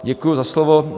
Děkuji za slovo.